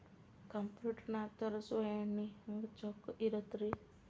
Computer ನಾಗ ತರುಸುವ ಎಣ್ಣಿ ಹೆಂಗ್ ಚೊಕ್ಕ ಇರತ್ತ ರಿ?